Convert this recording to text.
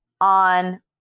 on